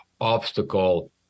obstacle